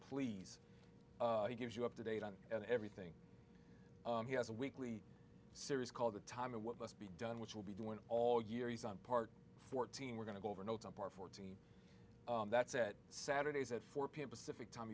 please he gives you up to date on everything he has a weekly series called the time of what must be done which will be doing all year he's on part fourteen we're going to go over notes up our fourteen that's it saturdays at four pm pacific time